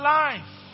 life